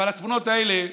אבל התמונות האלה,